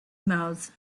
mouths